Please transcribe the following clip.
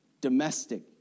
domestic